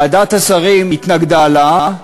ועדת השרים התנגדה לה,